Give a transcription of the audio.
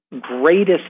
greatest